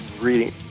reading